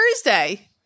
Thursday